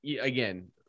again